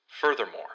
Furthermore